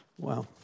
Wow